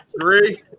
Three